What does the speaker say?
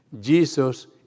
Jesus